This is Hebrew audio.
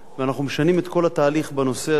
ואנחנו משנים את כל התהליך בנושא הזה.